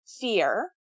fear